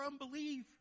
unbelief